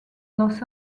los